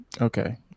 Okay